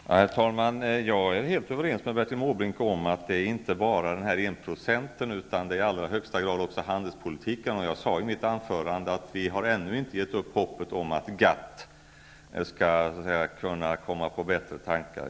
Herr talman! Jag är helt överens med Bertil Måbrink om att det viktiga inte bara är enprocentsmålet utan i högsta grad också handelspolitiken. Jag sade i mitt huvudanförande att vi ännu inte har gett upp hoppet om att GATT skall kunna komma på bättre tankar.